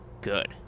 good